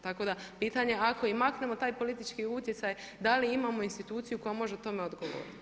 Tako da pitanje ako i maknemo taj politički utjecaj da li imamo instituciju koja može tome odgovoriti.